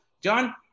John